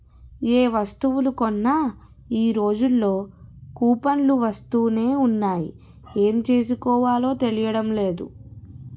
ఏ వస్తువులు కొన్నా ఈ రోజుల్లో కూపన్లు వస్తునే ఉన్నాయి ఏం చేసుకోవాలో తెలియడం లేదు